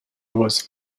was